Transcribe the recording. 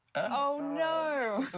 oh no!